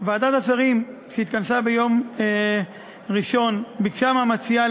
ועדת השרים שהתכנסה ביום ראשון ביקשה מהמציעה